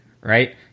right